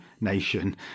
nation